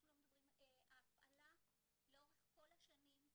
אנחנו לא מדברים ההפעלה לאורך כל השנים,